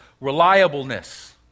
reliableness